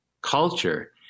culture